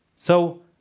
so,